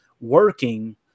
working